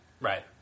Right